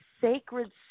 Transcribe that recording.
sacred